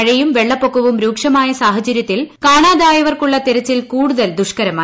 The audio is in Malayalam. മഴയും വെളളപ്പൊക്കവും രൂക്ഷമായ സാഹചര്യത്തിൽ കാണാതായവർക്കുള്ള തെരച്ചിൽ കൂടുതൽ ദുഷ്ട്ക്കരമായി